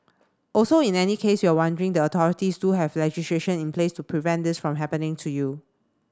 also in any case you were wondering the authorities do have legislation in place to prevent this from happening to you